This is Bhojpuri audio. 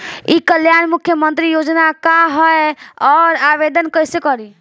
ई कल्याण मुख्यमंत्री योजना का है और आवेदन कईसे करी?